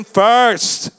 first